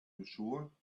you